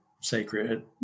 sacred